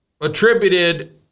attributed